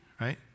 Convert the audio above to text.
right